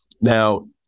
Now